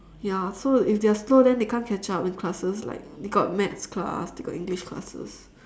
ya so if they are slow then they can't catch up in classes like they got maths class they got english classes